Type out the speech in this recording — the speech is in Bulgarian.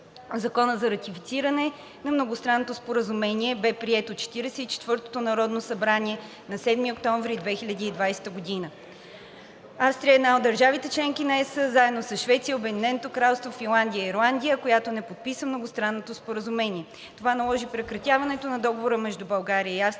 Законът за ратифициране на Многостранното споразумение бе приет от Четиридесет и четвъртото народно събрание на 7 октомври 2020 г. Австрия е една от държавите – членки на ЕС, заедно със Швеция, Обединеното кралство, Финландия и Ирландия, която не подписа Многостранното споразумение. Това наложи прекратяването на Договора между България и Австрия